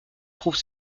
trouve